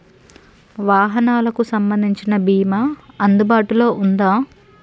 వాహనాలకు సంబంధించిన బీమా అందుబాటులో ఉందా?